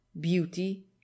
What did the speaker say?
beauty